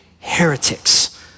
heretics